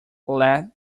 let